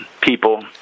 people